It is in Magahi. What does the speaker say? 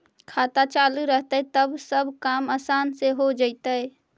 खाता चालु रहतैय तब सब काम आसान से हो जैतैय?